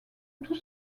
tout